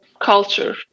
culture